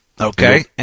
Okay